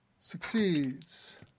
succeeds